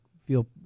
feel